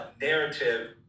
narrative